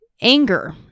anger